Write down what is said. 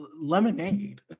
Lemonade